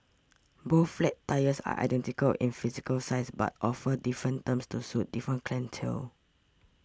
both flat types are identical in physical size but offer different terms to suit different clientele